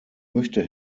möchte